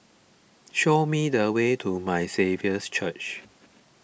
show me the way to My Saviour's Church